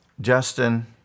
Justin